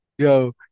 Yo